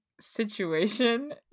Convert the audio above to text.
situation